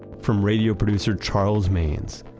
from radio producer charles maynes,